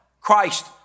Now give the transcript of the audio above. Christ